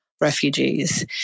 refugees